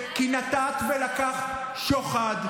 כי נתת ולקחת שוחד,